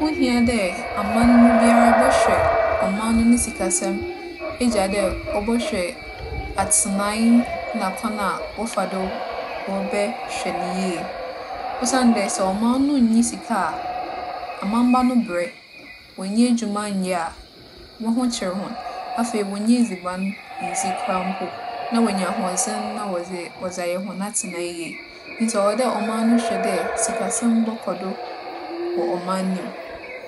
Ho hia dɛ amambu biara bͻhwɛ ͻman no ne sikasɛm egya dɛ ͻbͻhwɛ atsenae na kwan a wͻfa do wͻbɛhwɛ no yie osiandɛ sɛ ͻman no nnyi sika a, amamba no berɛ. Wonnya edwuma nnyɛ a, hͻnho kyer hͻn, afei wonnya edziban nndzi koraa mpo na woeenya ahoͻdzen na wͻdze - wͻdze ayɛ hͻn atsenae yie. Ntsi ͻwͻ dɛ ͻman no hwɛ dɛ sikasɛm bͻkͻ do wͻ ͻman no mu.